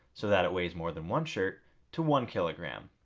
so that it weighs more than one shirt to one kg. um